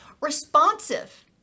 responsive